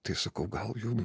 tai sakau gal jum